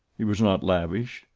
he was not lavish,